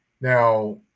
now